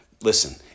Listen